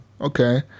Okay